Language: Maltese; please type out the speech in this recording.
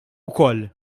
wkoll